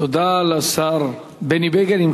תודה לשר בני בגין.